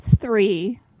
three